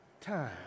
time